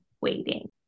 waiting